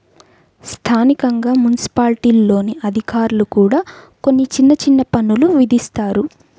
స్థానికంగా మున్సిపాలిటీల్లోని అధికారులు కూడా కొన్ని చిన్న చిన్న పన్నులు విధిస్తారు